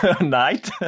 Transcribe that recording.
night